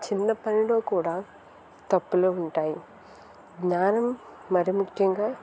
చిన్న పనిలో కూడా తప్పులు ఉంటాయి జ్ఞానం మరి ముఖ్యంగా